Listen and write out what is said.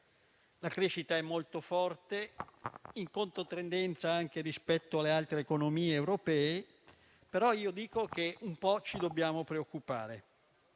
crescita, che è molto forte, in controtendenza rispetto alle altre economie europee, però dico che un po' ci dobbiamo preoccupare.